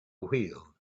wheel